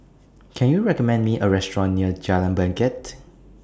Can YOU recommend Me A Restaurant near Jalan Bangket